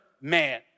man